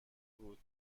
بود